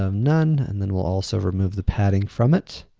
um none. and then, we'll also remove the padding from it.